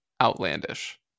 outlandish